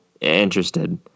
interested